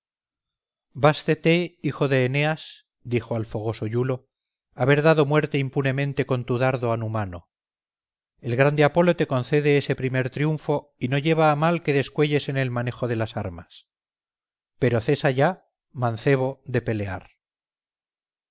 hijo de eneas dijo al fogoso iulo haber dado muerte impunemente con tu dardo a numano el grande apolo te concede ese primer triunfo y no lleva a mal que descuelles en el manejo de las armas pero cesa ya mancebo de pelear